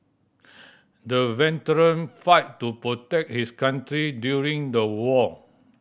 the veteran fought to protect his country during the war